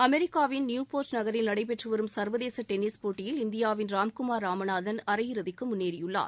அமெரிக்காவின் Newport நகரில் நடைபெற்று வரும் சர்வதேச டென்னிஸ் போட்டியில் இந்தியாவின் ராம்குமார் ராமநாதன் அரையிறுதிக்கு முன்னேறியுள்ளார்